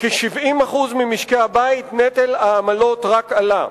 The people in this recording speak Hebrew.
לכ-70% ממשקי-הבית נטל העמלות רק עלה.